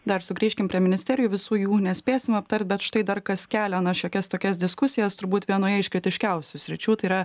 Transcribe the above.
dar sugrįžkim prie ministerijų visų jų nespėsim aptart bet štai dar kas kelia na šiokias tokias diskusijas turbūt vienoje iš kritiškiausių sričių tai yra